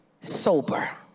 sober